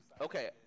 Okay